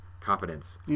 competence